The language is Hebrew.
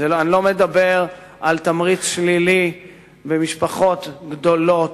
אני לא מדבר על תמריץ שלילי במשפחות גדולות,